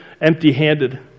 empty-handed